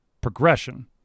progression